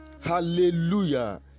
hallelujah